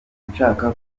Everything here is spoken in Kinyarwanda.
nshaka